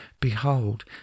Behold